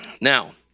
Now